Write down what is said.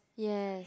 yes